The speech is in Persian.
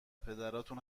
پدراتون